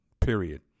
period